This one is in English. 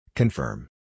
Confirm